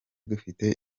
dufite